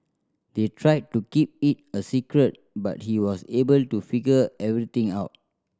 they tried to keep it a secret but he was able to figure everything out